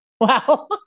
wow